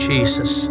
Jesus